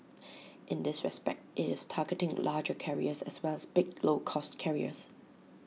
in this respect IT is targeting larger carriers as well as big low cost carriers